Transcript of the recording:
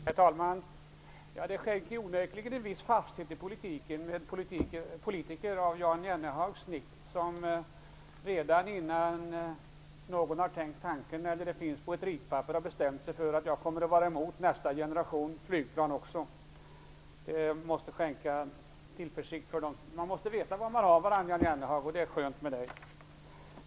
Herr talman! Det skänker onekligen en viss fasthet i politiken med politiker av Jan Jennehags snitt, vilka redan innan nästa generations flygplan finns på ett ritpapper har bestämt sig för att vara emot också det. Det är skönt att veta var man har varandra, Jan Jennehag.